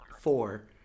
four